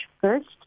first